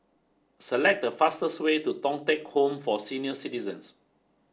select the fastest way to Thong Teck Home for Senior Citizens